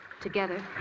together